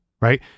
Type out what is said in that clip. right